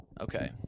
okay